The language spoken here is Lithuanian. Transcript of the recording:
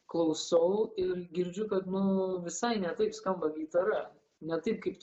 klausau ir girdžiu kad nu visai ne taip skamba gitara ne taip kaip